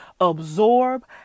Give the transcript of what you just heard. absorb